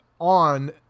on